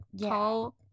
tall